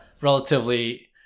relatively